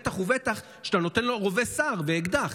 בטח ובטח כשאתה נותן לו רובה סער ואקדח.